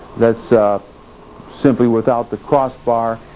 that's simply without the crossbar,